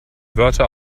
wörter